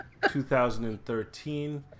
2013